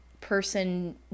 person